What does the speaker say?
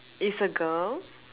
is a girl